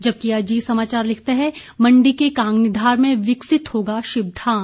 जबकि अजीत समाचार लिखता है मंडी के कांगनीधार में विकसित होगा शिवधाम